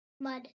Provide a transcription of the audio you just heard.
Mud